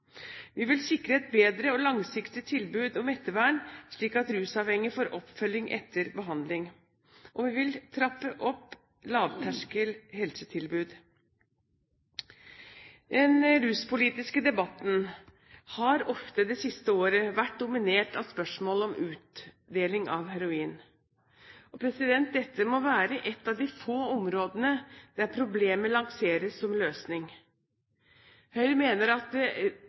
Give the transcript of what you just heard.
Vi vil sikre et bedre og langsiktig tilbud om ettervern, slik at rusavhengige får oppfølging etter behandling. Og vi vil trappe opp lavterskel helsetilbud. Den ruspolitiske debatten har ofte det siste året vært dominert av spørsmålet om utdeling av heroin. Dette må være et av de få områdene der problemet lanseres som løsning. Høyre mener at det rusavhengige først og fremst trenger, er bedre behandling og ikke heroin. Det